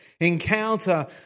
encounter